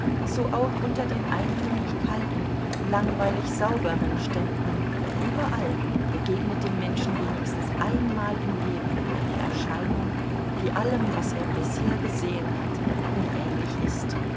so auch unter den eintönig kalten langweilig sauberen ständen überall begegnet dem menschen wenigstens einmal im leben eine erscheinung die allem was er bisher gesehen hat unähnlich ist